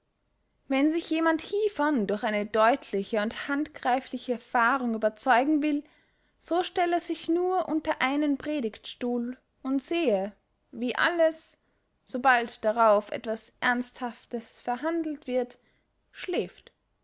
wenn sich jemand hievon durch eine deutliche und handgreifliche erfahrung überzeugen will so stell er sich nur unter einen predigtstuhl und sehe wie alles sobald darauf etwas ernsthaftes verhandelt wird